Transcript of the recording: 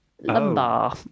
Lumbar